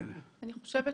מכיוון